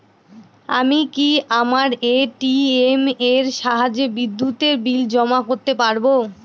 আমি কি আমার এ.টি.এম এর সাহায্যে বিদ্যুতের বিল জমা করতে পারব?